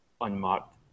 unmarked